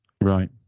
right